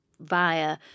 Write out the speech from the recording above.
via